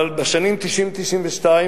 אבל בשנים 1990 1992,